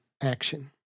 action